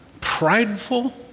prideful